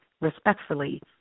respectfully